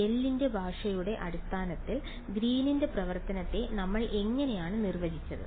L ന്റെ ഭാഷയുടെ അടിസ്ഥാനത്തിൽ ഗ്രീനിന്റെ പ്രവർത്തനത്തെ നമ്മൾ എങ്ങനെയാണ് നിർവചിച്ചത്